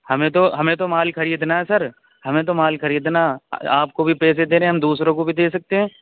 ہمیں تو ہمیں تو مال خریدنا ہے سر ہمیں تو مال خریدنا آپ کو بھی پیسے دے رہے ہیں ہم دوسروں کو بھی دے سکتے ہیں